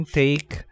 take